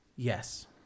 Yes